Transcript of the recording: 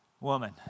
woman